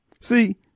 See